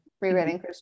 rewriting